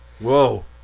Whoa